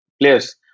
players